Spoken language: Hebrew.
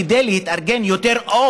כדי להתארגן יותר,